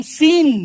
sin